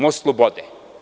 Most slobode?